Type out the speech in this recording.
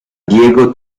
diego